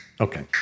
Okay